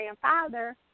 grandfather